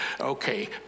okay